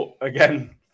again